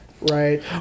Right